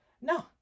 No